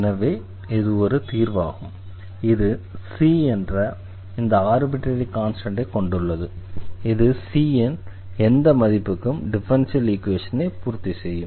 எனவே இது ஒரு தீர்வாகும் இது c என்ற இந்த ஆர்பிட்ரரி கான்ஸ்டண்ட்டை கொண்டுள்ளது இது c இன் எந்த மதிப்புக்கும் டிஃபரன்ஷியல் ஈக்வேஷனை பூர்த்தி செய்யும்